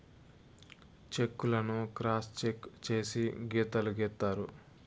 check లను cross check చేసి గీతలు గీత్తారు